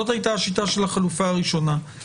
זאת הייתה השיטה של החלופה הראשונה.